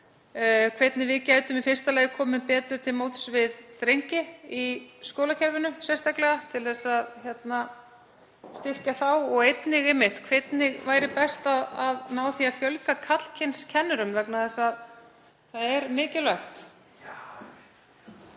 hvernig við gætum í fyrsta lagi komið betur til móts við drengi í skólakerfinu, sérstaklega til að styrkja þá, og einnig hvernig best væri að ná því markmiði að fjölga karlkynskennurum vegna þess að það er mikilvægt.